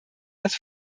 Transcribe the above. das